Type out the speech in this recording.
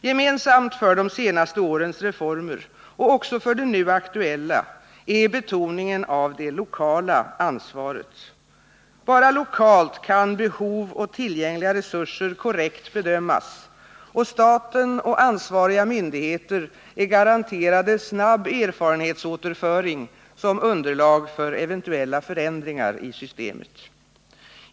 Gemensamt för de senaste årens reformer, och det gäller också för den nu aktuella, är betoningen av det lokala ansvaret. Endast lokalt kan behov och tillgängliga resurser korrekt bedömas, och staten och ansvariga myndigheter är garanterade snabb erfarenhetsåterföring som underlag för eventuella förändringar i systemet.